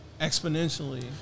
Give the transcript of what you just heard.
exponentially